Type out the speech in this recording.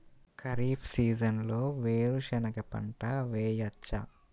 ఖరీఫ్ సీజన్లో వేరు శెనగ పంట వేయచ్చా?